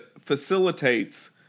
facilitates